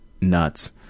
nuts